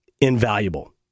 invaluable